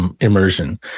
Immersion